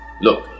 Look